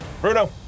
Bruno